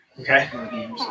Okay